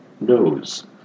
Nose